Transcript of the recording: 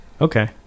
Okay